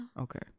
okay